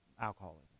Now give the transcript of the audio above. alcoholism